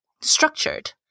structured